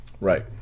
Right